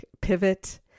Pivot